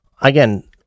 again